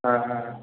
ஆ ஆ